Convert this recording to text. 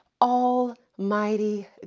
almighty